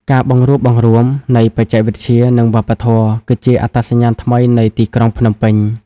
ការបង្រួបបង្រួមនៃ "បច្ចេកវិទ្យា និងវប្បធម៌" គឺជាអត្តសញ្ញាណថ្មីនៃទីក្រុងភ្នំពេញ។